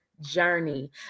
journey